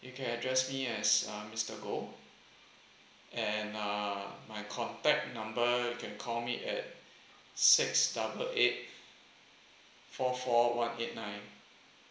you can address me as uh mister goh and uh my contact number you can call me at six double eight four four one eight nine